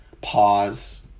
pause